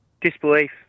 disbelief